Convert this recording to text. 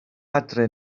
adre